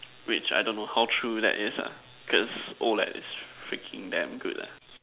which I don't know how true that is ah cause O_L_E_D is freaking damn good lah